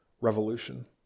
revolution